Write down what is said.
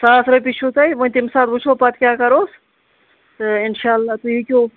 ساس رۅپیہِ چھُو تۅہہِ وۅنۍ تَمہِ ساتہٕ وُچھو پَتہٕ کیٛاہ کٔرہوس تہٕ اِنشااللہ تُہۍ ہیٚکِو